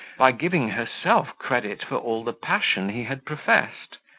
by giving herself credit for all the passion he had professed.